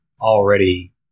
already